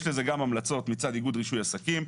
יש לזה גם המלצות מצד איגוד רישוי עסקים.